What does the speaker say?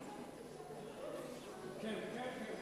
כבוד